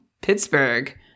Pittsburgh